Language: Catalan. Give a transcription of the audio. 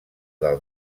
del